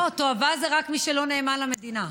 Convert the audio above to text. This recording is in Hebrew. לא, תועבה זה רק מי שלא נאמן למדינה.